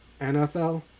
NFL